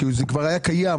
כי זה כבר היה קיים,